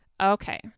Okay